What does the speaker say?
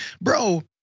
bro